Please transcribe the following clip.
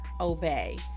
obey